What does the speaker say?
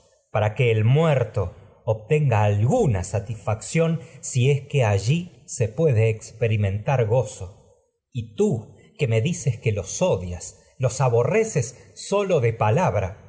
para que el muerto obtenga alguna satisfacción si es allí se puede experimentar gozo y tú que me dices los odias los estás muy que aborreces conforme sólo de palabra